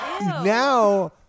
now